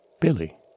Billy